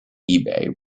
ebay